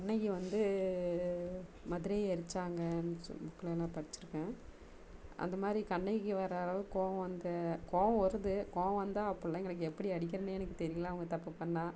கண்ணகி வந்து மதுரையை எரிச்சாங்கனு சொல்லி புக்கில் நான் படிச்சிருக்கேன் அந்த மாதிரி கண்ணகிக்கு வர அளவுக்கு கோபம் அந்த கோபம் கோபம் வருது கோபம் வந்தால் பிள்ளைங்களுக்கு எப்படி அடிக்கிறேனே எனக்கு தெரியலை அவங்க தப்பு பண்ணால்